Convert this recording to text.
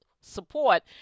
support